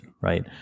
right